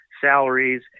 salaries